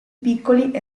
piccoli